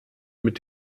mit